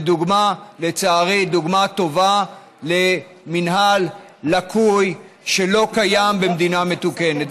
לצערי דוגמה טובה למינהל לקוי שלא קיים במדינה מתוקנת.